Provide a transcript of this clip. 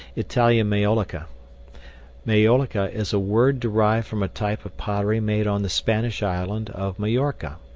italian maiolica maiolica is a word derived from a type of pottery made on the spanish island of mallorca.